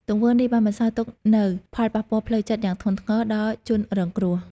ទង្វើនេះបានបន្សល់ទុកនូវផលប៉ះពាល់ផ្លូវចិត្តយ៉ាងធ្ងន់ធ្ងរដល់ជនរងគ្រោះ។